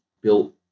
built